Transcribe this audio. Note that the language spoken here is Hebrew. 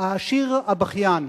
"העשיר הבכיין"